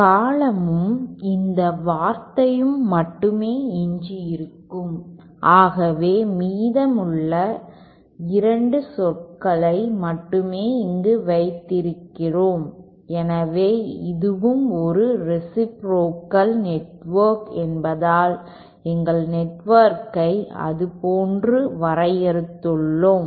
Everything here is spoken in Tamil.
இந்த காலமும் இந்த வார்த்தையும் மட்டுமே எஞ்சியிருக்கும் ஆகவே மீதமுள்ள 2 சொற்களை மட்டுமே இங்கு வைத்திருக்கிறோம் எனவே இதுவும் ஒரு ரேசிப்ரோகல் நெட்வொர்க் என்பதால் எங்கள் நெட்வொர்க்கை அதுபோன்று வரையறுத்துள்ளோம்